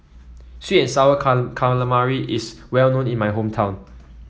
sweet and sour calamari is well known in my hometown